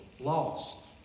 lost